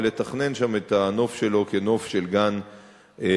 ולתכנן שם את הנוף שלו כנוף של גן לאומי,